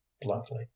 bluntly